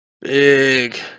Big